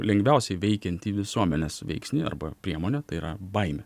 lengviausiai veikiantį visuomenės veiksnį arba priemonę tai yra baimę